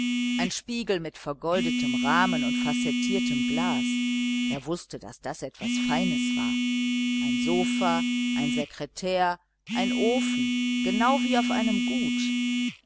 ein spiegel in vergoldetem rahmen und facettiertem glas er wußte daß das etwas feines war ein sofa ein sekretär ein ofen genau wie auf einem gut